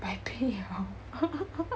百倍好